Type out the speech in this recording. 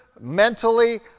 mentally